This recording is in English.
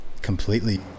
completely